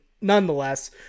nonetheless